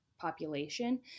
population